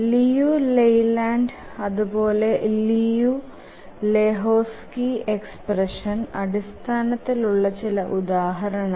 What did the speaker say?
Liu ലെയ്ലാൻഡ് അതുപോലെ ലിയു ലഹോക്സ്ക്യ് എക്സ്പ്രഷൻ അടിസ്ഥാനത്തിൽ ഉള്ള ചില ഉദാഹരണങ്ങൾ